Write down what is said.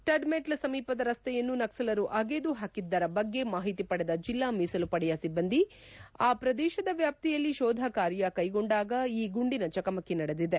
ಟಡ್ಮೆಟ್ಲ್ ಸಮೀಪದ ರಸ್ತೆಯನ್ನು ನಕ್ಸಲರು ಅಗೆದು ಹಾಕಿದ್ದರ ಬಗ್ಗೆ ಮಾಹಿತಿ ಪಡೆದ ಜಿಲ್ಲಾ ಮೀಸಲು ಪಡೆಯ ಸಿಬ್ಬಂದಿ ಆ ಪ್ರದೇಶದ ವ್ಯಾಪ್ತಿಯಲ್ಲಿ ಕೋಧ ಕಾರ್ಯ ಕೈಗೊಂಡಾಗ ಈ ಗುಂಡಿನ ಚಕಮಕಿ ನಡೆದಿದೆ